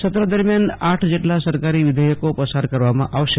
સત્ર દરમિયાન આઠ જેટલા સરકારી વિધેયકો પસાર કરવામાં આવશે